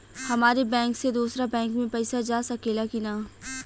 हमारे बैंक से दूसरा बैंक में पैसा जा सकेला की ना?